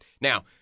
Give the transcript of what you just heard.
Now